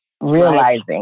realizing